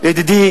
ידידי